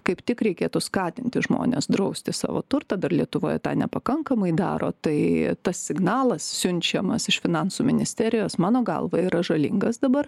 kaip tik reikėtų skatinti žmones drausti savo turtą dar lietuvoje tą nepakankamai daro tai tas signalas siunčiamas iš finansų ministerijos mano galva yra žalingas dabar